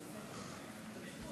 בבקשה.